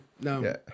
no